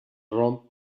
romp